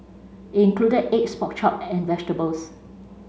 it included eggs pork chop and vegetables